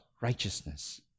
righteousness